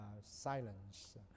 silence